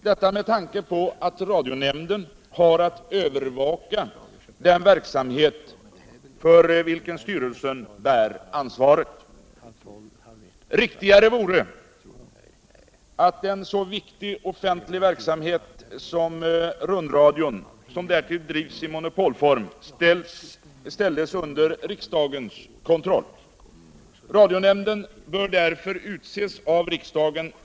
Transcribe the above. Detta med tanke på att radionämnden har att övervaka den verksamhet för vilken styrelsen bär ansvaret. Riktigare vore att en så viktig offentlig verksamhet som rundradion, som därtill drivs i monopolform, ställdes under riksdagens kontroll. Radionämnden bör därför utses av riksdagen.